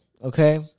Okay